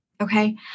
Okay